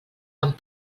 amb